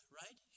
right